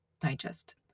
Digest